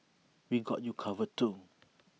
we got you covered too